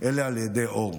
אלא על ידי אור.